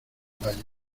valle